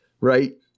right